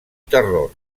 terror